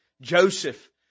Joseph